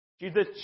Jesus